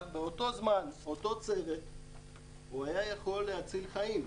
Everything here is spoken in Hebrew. באותו זמן, אותו צוות אולי יכול להציל חיים.